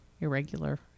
irregular